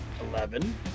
Eleven